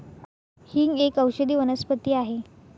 हिंग एक औषधी वनस्पती आहे